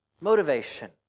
motivation